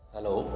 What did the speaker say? Hello